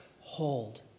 hold